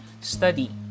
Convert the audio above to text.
study